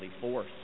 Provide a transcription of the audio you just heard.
force